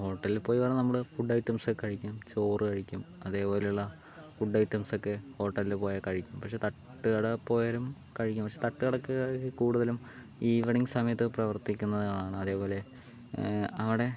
ഇപ്പോൾ ഹോട്ടലിൽ പോയി വേണം നമ്മള് ഫുഡ് ഐറ്റംസ് കഴിക്കും ചോറ് കഴിക്കും അതേപോലുള്ള ഫുഡ് ഐറ്റംസോക്കെ ഹോട്ടലിൽ പോയാൽ കഴിക്കും പക്ഷെ തട്ട്കടെ പോയാലും കഴിക്കും പക്ഷെ തട്ട്കടക്ക് കൂടുതലും ഈവനിംഗ് സമയത്ത് പ്രവർത്തിക്കുന്നത് ആണ് അതേപോലെ അവടെ